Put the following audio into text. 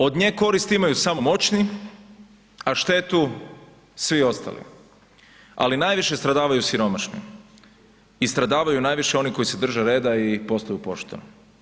Od nje koristi imaju samo moćni, a štetu svi ostali, ali najviše stradavaju siromašni i stradavaju najviše oni koji se drže reda i ostaju pošteni.